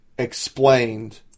explained